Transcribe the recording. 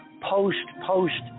post-post